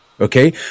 okay